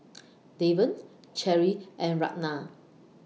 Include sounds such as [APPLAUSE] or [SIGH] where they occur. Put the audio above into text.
[NOISE] Deven Cherie and Ragna